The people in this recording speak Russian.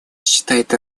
считает